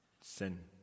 Sin